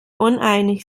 uneinig